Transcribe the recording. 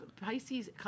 Pisces